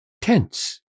Tense